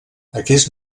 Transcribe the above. aquest